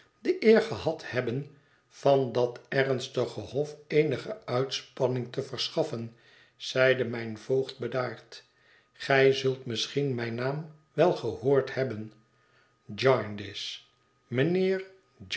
de eer gehad hebben van dat ernstige hof eenige uitspanning te verschaffen zeide mijn voogd bedaard gij zult misschien mijn naam wel gehoord hebben